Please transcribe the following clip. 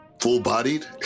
Full-bodied